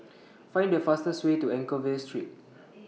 Find The fastest Way to Anchorvale Street